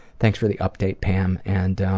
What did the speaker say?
thanks for the update, pam, and